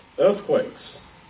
earthquakes